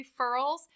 referrals